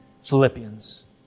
Philippians